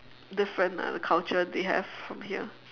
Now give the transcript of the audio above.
different lah the culture they have from here